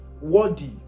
worthy